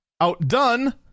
outdone